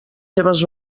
seves